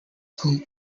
school